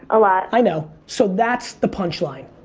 a lot. i know. so that's the punchline,